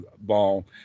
ball